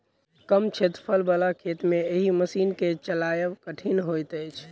कम क्षेत्रफल बला खेत मे एहि मशीन के चलायब कठिन होइत छै